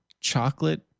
chocolate